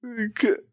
Okay